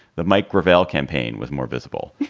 the mike gravel campaign with more visible.